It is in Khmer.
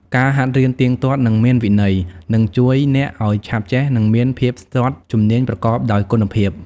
ការហាត់រៀនទៀងទាត់ និងមានវិន័យ នឹងជួយអ្នកឱ្យឆាប់ចេះ និងមានភាពស្ទាត់ជំនាញប្រកបដោយគុណភាព។